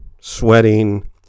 sweating